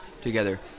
together